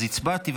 אז הצבעתי,